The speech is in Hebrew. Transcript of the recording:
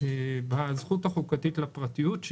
כלשהי בזכות החוקתית לפרטיות,